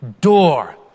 door